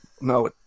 No